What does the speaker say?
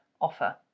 offer